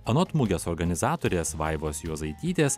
anot mugės organizatorės vaivos juozaitytės